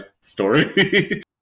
story